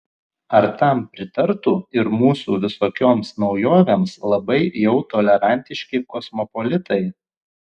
ar tam pritartų ir mūsų visokioms naujovėms labai jau tolerantiški kosmopolitai